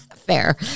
fair